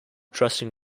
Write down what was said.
dressing